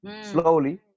Slowly